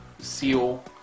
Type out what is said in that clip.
seal